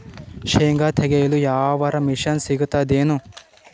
ಶೇಂಗಾ ತೆಗೆಯಲು ಯಾವರ ಮಷಿನ್ ಸಿಗತೆದೇನು?